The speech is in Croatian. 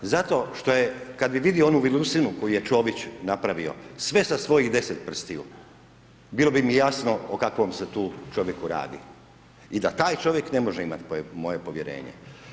Zato što je, kad bi vidio onu vilusinu koju je Čović napravio sve sa svojih deset prstiju bilo bi mi jasno o kakvom čovjeku se tu radi i da taj čovjek ne može imati moje povjerenje.